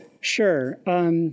Sure